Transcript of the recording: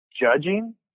judging